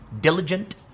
diligent